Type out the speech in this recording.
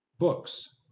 books